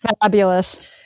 Fabulous